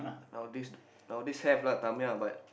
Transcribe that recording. nowadays nowadays have lah Tamiya but